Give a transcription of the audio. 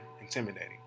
intimidating